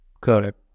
Correct